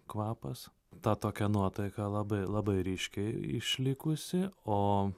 kvapas ta tokia nuotaika labai labai ryškiai išlikusi o